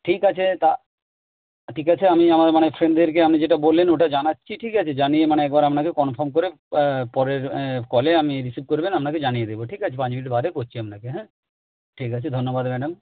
ঠিক আছে তা ঠিক আছে আমি আমার মানে ফ্রেন্ডদেরকে আপনি যেটা বললেন ওটা জানাচ্ছি ঠিক আছে জানিয়ে মানে একবার আপনাকে কনফার্ম করে পরের কলে আপনি রিসিভ করবেন আপনাকে জানিয়ে দেবো ঠিক আছে পাঁচ মিনিট বাদে করছি আপনাকে হ্যাঁ ঠিক আছে ধন্যবাদ ম্যাডাম